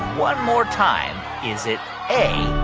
one more time, is it a,